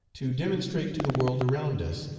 to demonstrate to the world around us,